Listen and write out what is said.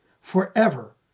forever